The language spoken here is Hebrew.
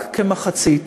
רק כמחצית.